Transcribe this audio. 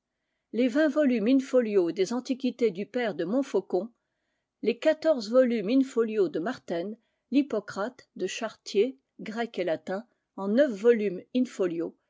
les vingt volumes in-folio des antiquités du père de montfaucon les quatorze volumes in-folio de martène l'hippocrate de chartier grec et latin en neuf volumes in-folio